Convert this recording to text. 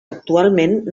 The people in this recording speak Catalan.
actualment